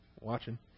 watching